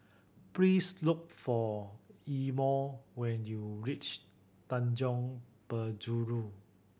please look for Imo when you reach Tanjong Penjuru